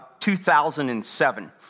2007